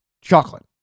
Chocolate